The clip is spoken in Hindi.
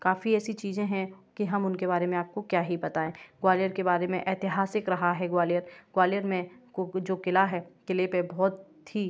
काफ़ी ऐसी चीज़ें हैं कि हम उनके बारे में आप को क्या ही बताएं ग्वालियर के बारे में ऐतिहासिक रहा है ग्वालियर ग्वालियर में जो क़िला है क़िले पर बहुत ही